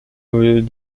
peut